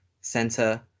center